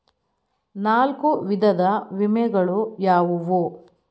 ನಾಲ್ಕು ವಿಧದ ವಿಮೆಗಳು ಯಾವುವು?